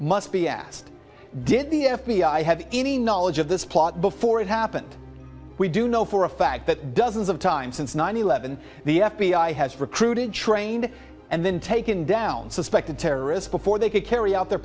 must be asked did the f b i have any knowledge of this plot before it happened we do know for a fact that dozens of times since nine eleven the f b i has recruited trained and then taken down suspected terrorists before they could carry out their